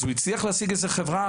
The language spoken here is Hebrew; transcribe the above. אז הוא הצליח להשיג איזו חברה,